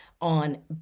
on